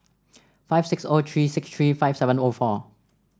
five six O three six three five seven O four